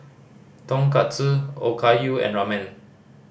Tonkatsu Okayu and Ramen